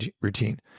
routine